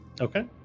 Okay